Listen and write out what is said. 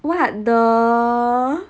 what the